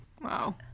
Wow